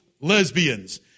lesbians